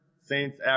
Saints